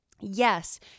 yes